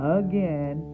again